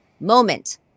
Moment